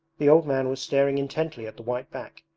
the old man was staring intently at the white back,